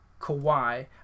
Kawhi